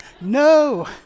No